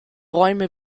räume